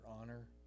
honor